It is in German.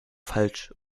falsch